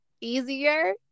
easier